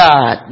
God